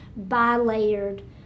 bilayered